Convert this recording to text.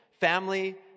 Family